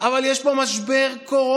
אבל יש פה משבר קורונה,